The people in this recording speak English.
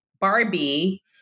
Barbie